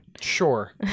sure